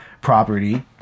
property